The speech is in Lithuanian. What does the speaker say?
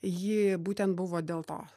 ji būtent buvo dėl to